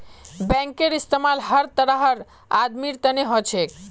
बैंकेर इस्तमाल हर तरहर आदमीर तने हो छेक